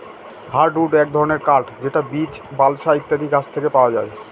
hardwood এক ধরনের কাঠ যেটা বীচ, বালসা ইত্যাদি গাছ থেকে পাওয়া যায়